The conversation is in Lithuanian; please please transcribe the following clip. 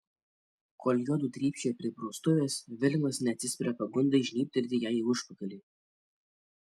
kol juodu trypčioja prie praustuvės vilemas neatsispiria pagundai žnybtelėti jai į užpakalį